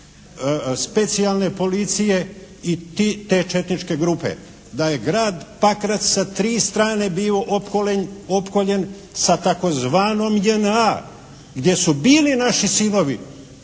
Da je grad Pakrac sa tri strane bio opkoljen sa tzv. JNA gdje su bili naši sinovi.